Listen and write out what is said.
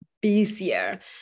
busier